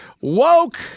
Woke